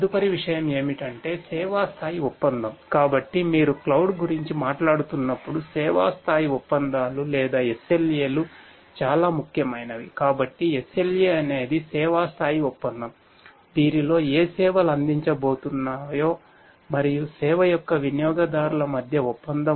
తదుపరి విషయం ఏమిటంటే సేవా స్థాయి ఒప్పందం